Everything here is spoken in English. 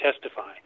testify